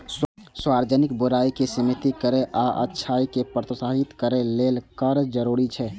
सार्वजनिक बुराइ कें सीमित करै आ अच्छाइ कें प्रोत्साहित करै लेल कर जरूरी छै